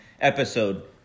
episode